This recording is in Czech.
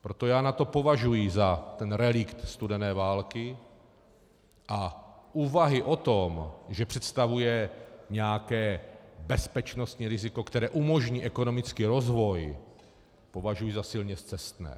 Proto já NATO považuji za relikt studené války a úvahy o tom, že představuje nějaké bezpečnostní riziko, které umožní ekonomický rozvoj, považuji za silně scestné.